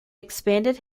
expanded